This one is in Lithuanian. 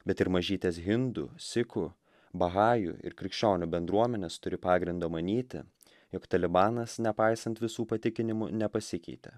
bet ir mažytės hindų sikų bahajų ir krikščionių bendruomenės turi pagrindo manyti jog talibanas nepaisant visų patikinimų nepasikeitė